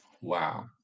Wow